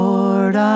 Lord